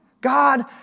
God